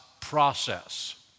process